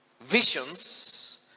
visions